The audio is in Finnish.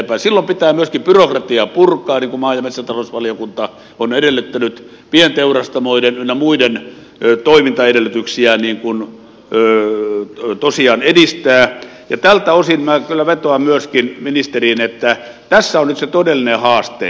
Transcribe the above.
silloin pitää myöskin byrokratiaa purkaa niin kuin maa ja metsätalousvaliokunta on edellyttänyt pienteurastamoiden ynnä muiden toimintaedellytyksiä tosiaan edistää ja tältä osin minä kyllä vetoan myöskin ministeriin että tässä on nyt se todellinen haaste